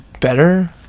better